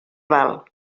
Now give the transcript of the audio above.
val